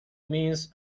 means